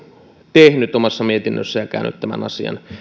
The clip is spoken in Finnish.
tehnyt omassa mietinnössään käynyt tämän asian